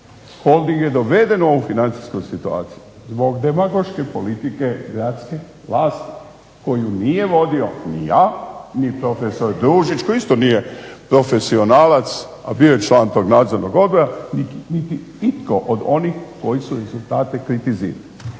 Holding je doveden u ovu financijsku situaciju zbog demagoške politike gradske vlasti koju nije vodio ni ja ni profesor Družić koji isto nije profesionalac a bio je član tog nadzornog odbora niti itko od onih koji su rezultate kritizirali.